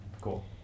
Cool